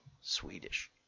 Swedish